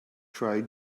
try